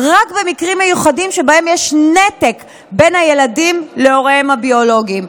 רק במקרים מיוחדים שבהם יש נתק בין הילדים להוריהם הביולוגיים.